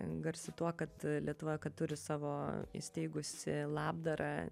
garsi tuo kad a lietuva kad turi savo įsteigusi labdarą